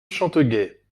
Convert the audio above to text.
chanteguet